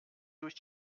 durch